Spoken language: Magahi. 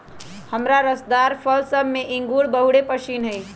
हमरा रसदार फल सभ में इंगूर बहुरे पशिन्न हइ